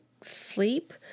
Sleep